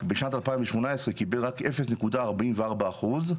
בשנת 2018 קיבל רק אפס נקודה ארבעים וארבעה אחוז,